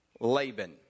Laban